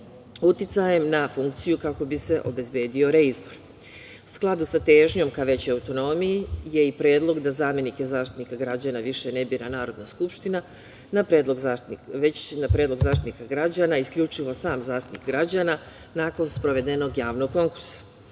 uticajem na funkciju kako bi se obezbedio reizbor.U skladu sa težnjom ka većoj autonomiji je i predlog da zamenike Zaštitnike građana više ne bira Narodna skupština, već na predlog Zaštitnika građana isključivo Zaštitnik građana nakon sprovedenog javnog konkursa.